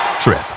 trip